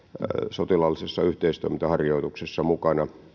sotilaallisessa yhteistoimintaharjoituksessa mukana